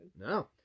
No